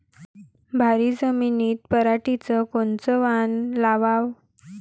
भारी जमिनीत पराटीचं कोनचं वान लावाव?